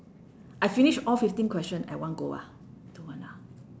I finish all fifteen question at one go ah don't want ah